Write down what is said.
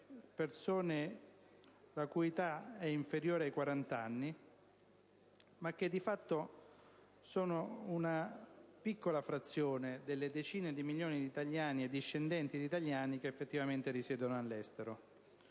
persone la cui età è inferiore ai quarant'anni ma che, di fatto, sono una piccola frazione delle decine di milioni di italiani e discendenti di italiani che effettivamente risiedono all'estero.